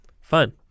Fun